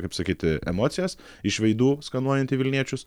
kaip sakyti emocijas iš veidų skanuojanti vilniečius